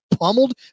pummeled